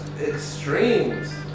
extremes